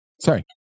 Sorry